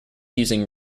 using